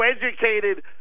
educated